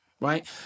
right